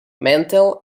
mental